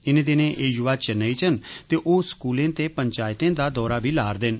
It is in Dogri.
इनें दिनें एह युवा चेन्नेई च न ते ओह स्कूलें ते पंचायतें दा दौरा बी ला'रदे न